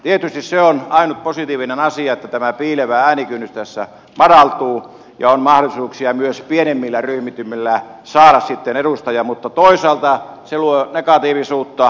tietysti ainut positiivinen asia on se että tämä piilevä äänikynnys tässä madaltuu ja myös pienemmillä ryhmittymillä on mahdollisuuksia saada sitten edustaja mutta toisaalta se luo negatiivisuutta